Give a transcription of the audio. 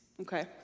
okay